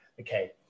Okay